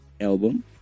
album